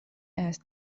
است